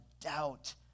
doubt